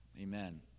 Amen